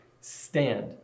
stand